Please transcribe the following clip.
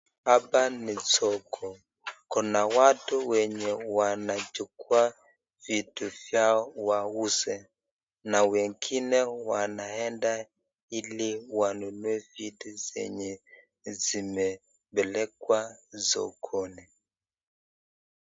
Hapa ni soko. Kuna watu wenye wanachukua vitu vyao wauze na wengine wanaenda ili wanunue vitu zenye zimepelekwa sokoni.